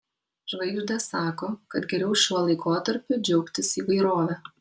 žvaigždės sako kad geriau šiuo laikotarpiu džiaugtis įvairove